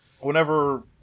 Whenever